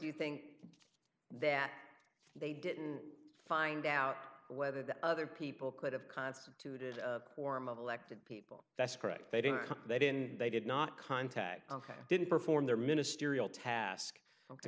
you think that they didn't find out whether the other people could have constituted a quorum of elected people that's correct they did that in they did not contact didn't perform their ministerial task to